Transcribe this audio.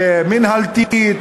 מינהלתית,